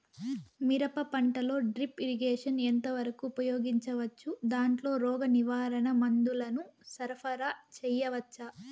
మిరప పంటలో drip irrigation ఎంత వరకు ఉపయోగించవచ్చు, దాంట్లో రోగ నివారణ మందుల ను సరఫరా చేయవచ్చా?